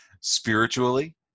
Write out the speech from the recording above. Spiritually